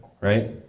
right